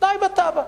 תנאי בתב"ע.